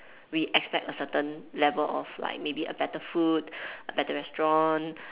we expect a certain level of like maybe a better food a better restaurant